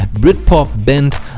Britpop-Band